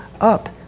up